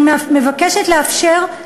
אני מבקשת לאפשר,